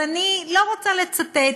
אבל אני לא רוצה לצטט.